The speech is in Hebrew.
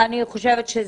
נכון.